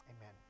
amen